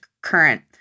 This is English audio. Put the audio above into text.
current